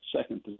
second